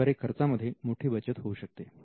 याद्वारे खर्चामध्ये मोठी बचत होऊ शकते